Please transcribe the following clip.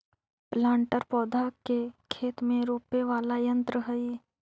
planter पौधा के खेत में रोपे वाला यन्त्र हई